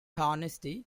honesty